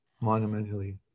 monumentally